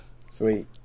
sweet